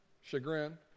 chagrin